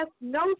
no